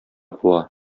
куа